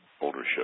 ownership